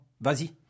Vas-y